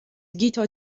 guitar